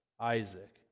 Isaac